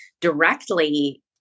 directly